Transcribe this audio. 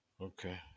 okay